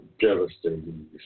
devastating